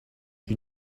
you